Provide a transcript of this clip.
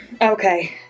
Okay